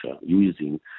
using